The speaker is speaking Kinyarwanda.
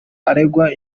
aregwa